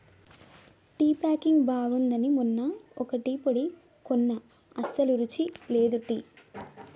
tea packing బాగుంది అని మొన్న ఒక టీ పొడి కొన్న అస్సలు రుచి లేదు టీ